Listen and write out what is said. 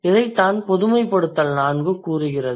இதைத்தான் GEN4 கூறுகிறது